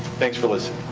thanks for listening.